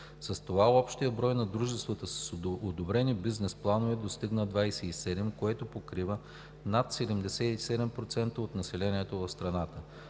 С това общият брой на дружествата с одобрени бизнес планове достигна 27, което покрива над 77% от населението в страната.